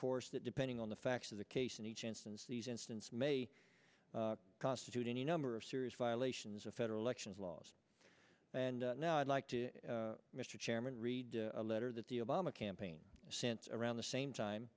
course that depending on the facts of the case in each instance these instance may constitute any number of serious violations of federal elections laws and now i'd like to mr chairman read a letter that the obama campaign sent around the same time